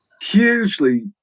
hugely